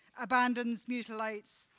abandons, mutilates,